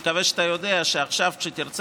אני מקווה שאתה יודע שעכשיו כשתרצה